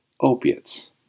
opiates